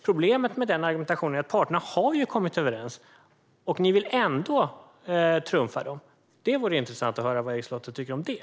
Problemet med den argumentationen är att parterna ju har kommit överens, och ni vill ändå trumfa dem. Det vore intressant att höra vad Erik Slottner tycker om det.